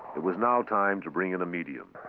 it was now time to bring in a medium,